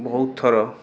ବହୁତ ଥର